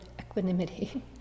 equanimity